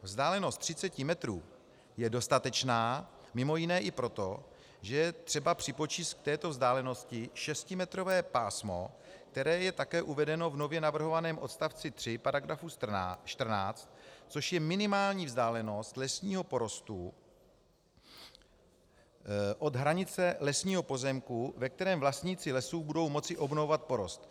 Vzdálenost 30 metrů je dostatečná mj. i proto, že je třeba připočíst k této vzdálenosti šestimetrové pásmo, které je také uvedeno v nově navrhovaném odst. 3 § 14, což je minimální vzdálenost lesního porostu od hranice lesního pozemku, ve kterém vlastníci lesů budou moci obnovovat porost.